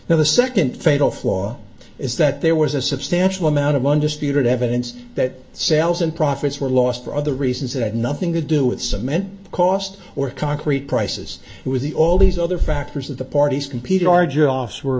now the second fatal flaw is that there was a substantial amount of undisputed evidence that sales and profits were lost for other reasons that had nothing to do with cement cost or concrete prices it was the all these other factors that the parties competed arge offs were